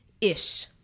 ish